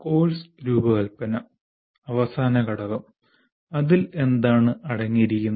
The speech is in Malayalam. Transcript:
കോഴ്സ് രൂപകൽപ്പന അവസാന ഘടകം അതിൽ എന്താണ് അടങ്ങിയിരിക്കുന്നത്